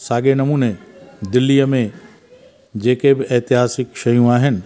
साॻे नमूने दिल्लीअ में जेके बि ऐतिहासिक शयूं आहिनि